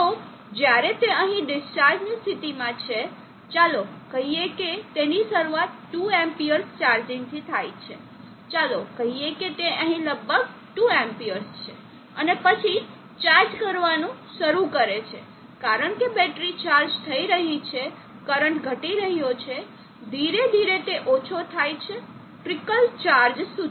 તો જ્યારે તે અહીં ડિસ્ચાર્જની સ્થિતિમાં છે ચાલો કહીએ કે તેની શરૂઆત 2 amps ચાર્જિંગથી થાય છે ચાલો કહીએ કે તે અહીં લગભગ 2 amps છે અને પછી ચાર્જ કરવાનું શરૂ કરે છે કારણ કે બેટરી ચાર્જ થઈ રહી છે કરંટ ઘટી રહ્યો છે ધીરે ધીરે તે ઓછો થાય છે ટ્રિકલ ચાર્જ સુધી